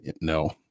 no